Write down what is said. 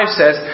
says